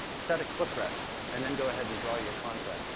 set a cliprect and then go ahead and draw your content.